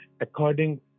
according